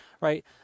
right